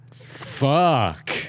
fuck